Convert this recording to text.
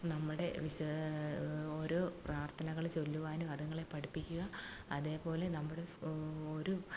നമ്മുടെ ഓരോ പ്രാർത്ഥനകള് ചൊല്ലുവാനും അതുങ്ങളെ പഠിപ്പിക്കുക അതേപോലെ നമ്മുടെ ഒരു